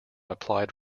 applied